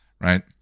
right